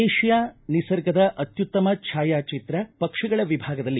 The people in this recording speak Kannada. ಏಷ್ಯಾ ನಿಸರ್ಗದ ಅತ್ಯುತ್ತಮ ಛಾಯಾಚಿತ್ರ ಪಕ್ಷಿಗಳ ವಿಭಾಗದಲ್ಲಿ